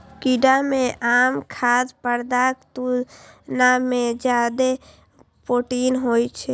कीड़ा मे आम खाद्य पदार्थक तुलना मे जादे प्रोटीन होइ छै